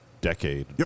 decade